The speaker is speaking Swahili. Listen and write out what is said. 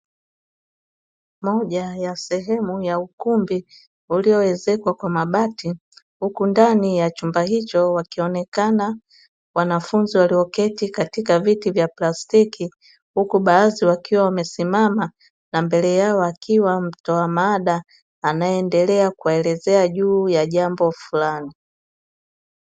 Moja ya sehemu ya ukumbi ulioezekwa kwa mabati. Huku ndani ya chumba hicho wakionekana wanafunzi walioketi katika viti vya plastiki. Huku baadhi wakiwa wamesimama na mbele yao akiwa mtoa mada anaendelea kuelezea juu ya jambo fulani.